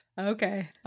Okay